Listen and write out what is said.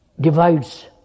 divides